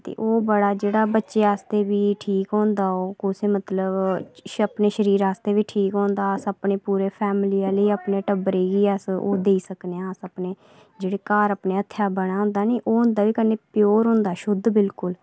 ते ओह् बड़ा जेह्ड़ा बच्चें आस्तै बी ठीक होंदा ओह् मतलब अपने शरीर आस्तै बी ठीक होंदा अपने फैमिली गी अपने टब्बरै गी मतलब ओह् देई सकने आं अस जेह्ड़ा घर अपने हत्थें बने दा होंदा निं ओह् बने दा भी ना प्योर होंदा शुद्ध बिलकुल